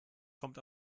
kommt